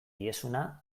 diezuna